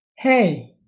Hey